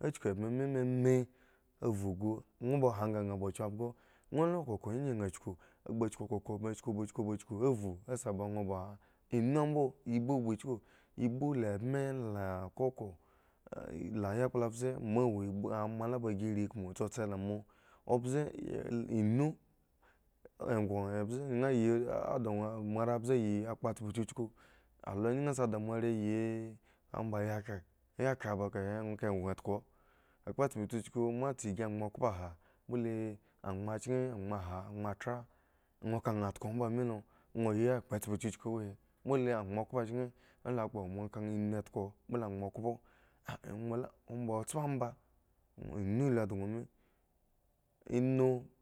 achkku ebme meme a vhu shu ŋwo ba han nga nha ba gi abhgo nha la koko ngyi nha kpha chuku koko ba chku ba chuku ba chuku vhu si ba ŋwo ba hani inu mbo ibu kpha chku ibu la ebme la koko ah yakpla mbze moa wo ibu aama ba si rii ekpomo tsotse la moa ŋ mbze e inu enkhu mbe nha yi ah da swo moarehwin mbze yi khren ayi khren ba kahe ŋwo ka enkhu enhgo akpatspo chuchuku wo he mbole angba chki a la kpo nga dwo ka inu dko mbole angba khpo ŋwo kpha kso mba inu lu dhgo mi inu.